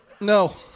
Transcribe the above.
no